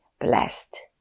blessed